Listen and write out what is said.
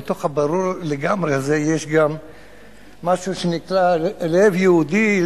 אבל בתוך הברור-לגמרי הזה יש משהו שנקרא לב יהודי,